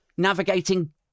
navigating